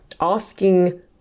asking